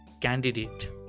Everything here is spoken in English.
candidate